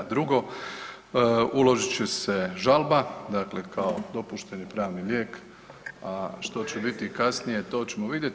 A drugo, uložit će se žalba, dakle kao dopušteni pravni lijek, a što će biti kasnije, to ćemo vidjet.